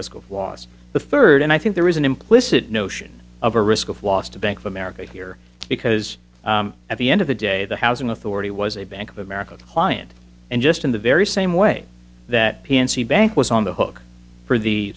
risk of was the third and i think there was an implicit notion of a risk of loss to bank of america here because at the end of the day the housing authority was a bank of america client and just in the very same way that p s e bank was on the hook for the